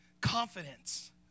confidence